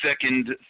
second